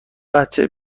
بچه